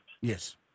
Yes